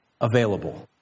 available